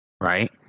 right